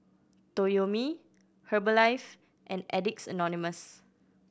Toyomi Herbalife and Addicts Anonymous